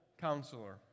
counselor